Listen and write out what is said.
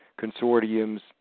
consortiums